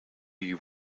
you